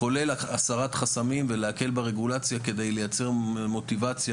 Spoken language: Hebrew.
כולל הסרת חסמים ולהקל ברגולציה כדי לייצר מוטיבציה,